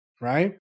right